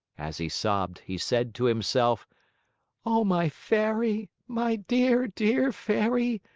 as he sobbed he said to himself oh, my fairy, my dear, dear fairy,